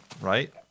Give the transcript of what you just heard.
right